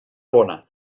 lona